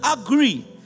agree